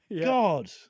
God